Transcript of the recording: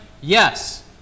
Yes